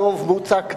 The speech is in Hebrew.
ברוב מוצק,